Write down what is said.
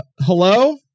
Hello